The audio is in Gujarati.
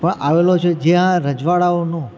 આવેલો છે જ્યાં રજવાડાઓનો